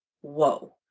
whoa